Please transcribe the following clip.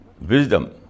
wisdom